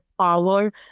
power